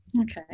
Okay